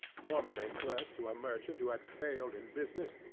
formerly clerk to a merchant who had failed in business,